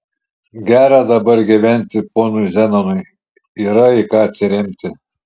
gera dabar gyventi ponui zenonui yra į ką atsiremti